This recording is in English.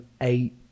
eight